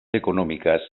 económicas